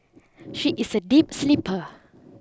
she is a deep sleeper